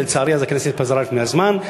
ולצערי הכנסת אז התפזרה לפני הזמן,